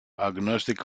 agnostic